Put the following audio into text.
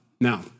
Now